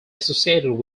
associated